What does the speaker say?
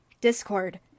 Discord